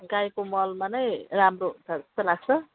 गाईको मलमा नै राम्रो हुन्छ जस्तो लाग्छ